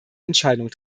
entscheidung